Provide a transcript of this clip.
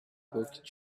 book